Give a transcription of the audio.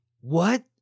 What